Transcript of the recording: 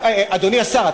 אדוני השר,